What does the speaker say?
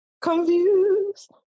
confused